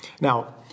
Now